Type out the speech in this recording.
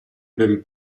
ben